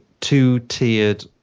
two-tiered